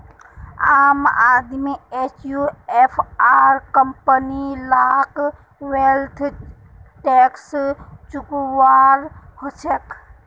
आम आदमी एचयूएफ आर कंपनी लाक वैल्थ टैक्स चुकौव्वा हछेक